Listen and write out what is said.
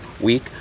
week